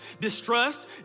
distrust